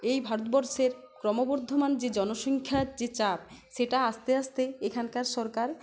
এই ভারতবর্ষের ক্রমবর্ধমান যে জনসংখ্যার যে চাপ সেটা আস্তে আস্তে এখানকার সরকার